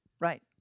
Right